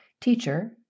Teacher